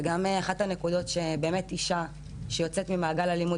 אחת הנקודות היא שבאמת נשים שיוצאות ממעגל האלימות